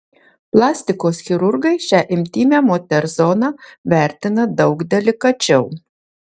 plastikos chirurgai šią intymią moters zoną vertina daug delikačiau